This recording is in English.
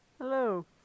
Hello